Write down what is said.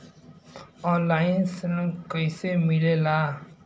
Online ऋण कैसे मिले ला?